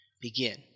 Begin